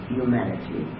humanity